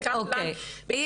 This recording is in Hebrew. לקפלן..."--- אוקיי,